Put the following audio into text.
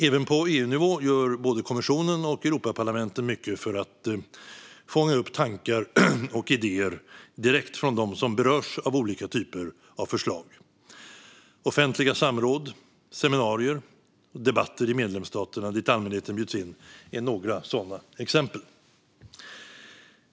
Även på EU-nivå gör både kommissionen och Europaparlamentet mycket för att fånga upp tankar och idéer direkt från dem som berörs av olika typer av förslag. Offentliga samråd, seminarier och debatter i medlemsstaterna dit allmänheten bjuds in är några sådana exempel.